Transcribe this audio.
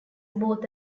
both